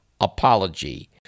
apology